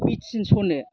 मिटिनसनो